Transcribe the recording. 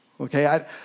Okay